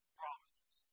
promises